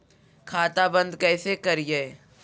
खाता बंद कैसे करिए?